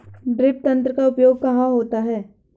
Drip तंत्र का उपयोग कहाँ होता है?